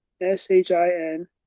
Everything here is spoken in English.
S-H-I-N